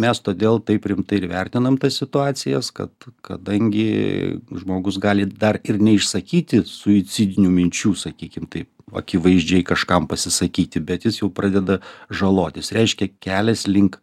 mes todėl taip rimtai ir vertinam situacijas kad kadangi žmogus gali dar ir neišsakyti suicidinių minčių sakykim taip akivaizdžiai kažkam pasisakyti bet jis jau pradeda žalotis reiškia kelias link